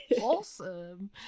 awesome